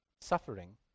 Suffering